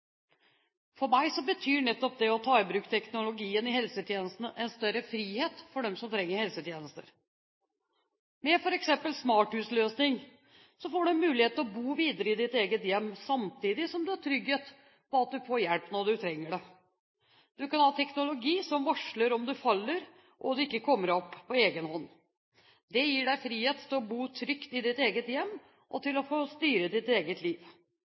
For meg betyr nettopp det å ta i bruk teknologien i helsetjenestene en større frihet for dem som trenger helsetjenester. Med f.eks. smarthusløsning får man mulighet til å bo videre i eget hjem samtidig som man har trygghet for at man får hjelp når man trenger det. Man kan ha teknologi som varsler om man faller og ikke kommer seg opp på egen hånd. Det gir frihet til å bo trygt i sitt eget hjem og til å styre sitt eget liv.